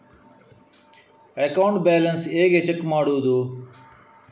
Account balance ಹೇಗೆ check ಮಾಡುವುದು?